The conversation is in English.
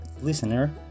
listener